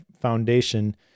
foundation